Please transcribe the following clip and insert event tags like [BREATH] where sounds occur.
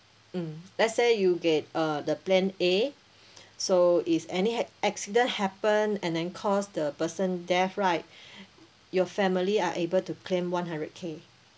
mm let's say you get uh the plan A so if any had accident happen and then cause the person death right [BREATH] your family are able to claim one hundred K